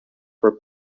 were